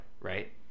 Right